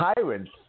tyrants